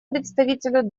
представителю